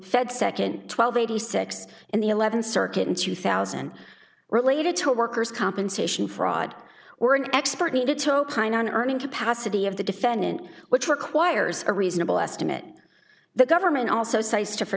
fed second twelve eighty six in the eleventh circuit in two thousand related to workers compensation fraud were an expert needed to opine on earning capacity of the defendant which requires a reasonable estimate the government also cites to f